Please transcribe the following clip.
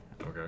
Okay